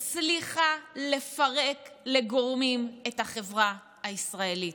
הצליחה לפרק לגורמים את החברה הישראלית,